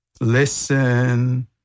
Listen